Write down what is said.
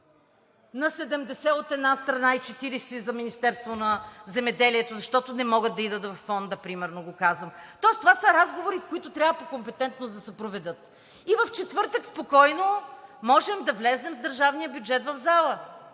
на 70, от една страна, и 40 за Министерството на земеделието, защото не могат да отидат във Фонда, примерно го казвам. Тоест това са разговори, които трябва по компетентност да се проведат. И в четвъртък спокойно можем да влезем с държавния бюджет в залата